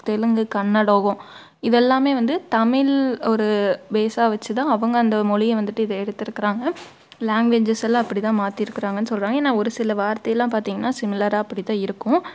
தெலுங்கு கன்னடவம் இது எல்லாமே வந்து தமிழ் ஒரு பேஸாக வச்சு தான் அவங்க அந்த மொழியை வந்துட்டு இதை எடுத்துருக்கிறாங்க லாங்குவேஜ்ஜஸ் எல்லாம் அப்படித்தான் மாத்திருக்கிறாங்கன்னு சொல்கிறாங்க ஏன்னா ஒரு சில வார்த்தையெலாம் பார்த்திங்கன்னா சிமிலராக அப்படித்தான் இருக்கும்